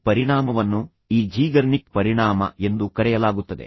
ಈ ಪರಿಣಾಮವನ್ನು ಈ ಝೀಗರ್ನಿಕ್ ಪರಿಣಾಮ ಎಂದು ಕರೆಯಲಾಗುತ್ತದೆ